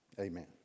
amen